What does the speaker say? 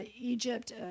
Egypt